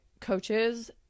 coaches